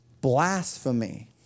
Blasphemy